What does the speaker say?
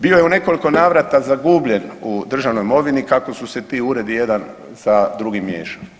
Bio je u nekoliko navrata zagubljen u državnoj imovini kako su se ti uredi jedan sa drugim miješali.